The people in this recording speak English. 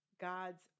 God's